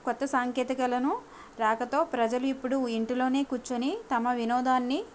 కొత్త సాంకేతికాల రాకతో ప్రజలు ఇప్పుడు ఇంటిలోనే కూర్చొని తమ వినోదాన్ని